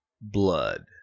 Blood